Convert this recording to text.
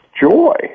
joy